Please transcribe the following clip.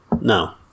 No